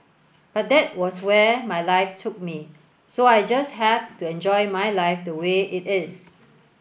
but that was where my life took me so I just have to enjoy my life the way it is